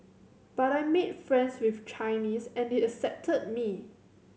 but I made friends with Chinese and they accepted me